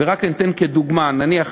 ואני רק נותן כדוגמה, נניח